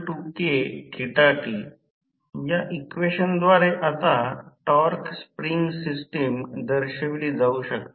T TtKθt या इक्वेशनद्वारे आता टॉर्क स्प्रिंग सिस्टम दर्शवली जाऊ शकते